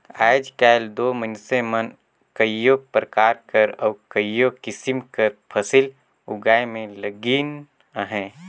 आएज काएल दो मइनसे मन कइयो परकार कर अउ कइयो किसिम कर फसिल उगाए में लगिन अहें